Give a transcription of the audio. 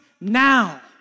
now